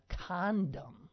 condom